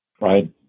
Right